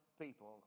people